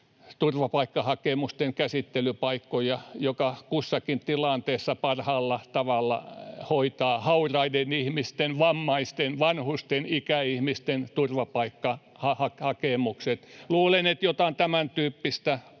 turvapaikkahakemusten käsittelypaikkoja, joka kussakin tilanteessa parhaalla tavalla hoitaa hauraiden ihmisten — vammaisten, vanhusten, ikäihmisten — turvapaikkahakemukset. Luulen, että jotain tämäntyyppistä